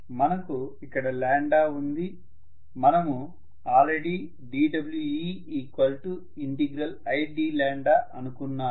మనకు ఇక్కడ ఉంది మనము ఆల్రెడీ dWeid అనుకున్నాము